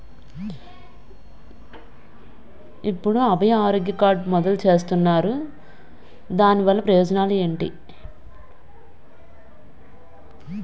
ఎప్పుడు అభయ ఆరోగ్య కార్డ్ మొదలు చేస్తున్నారు? దాని వల్ల ప్రయోజనాలు ఎంటి?